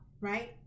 right